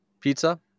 Pizza